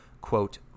quote